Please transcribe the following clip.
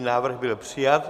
Návrh byl přijat.